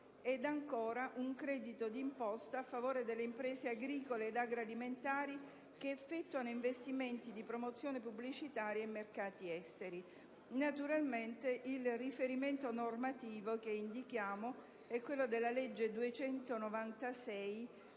di lavoro a tempo indeterminato; per le imprese agricole ed agroalimentari che effettuano investimenti di promozione pubblicitaria in mercati esteri (naturalmente il riferimento normativo che indichiamo è quello della legge n.